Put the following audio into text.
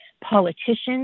politicians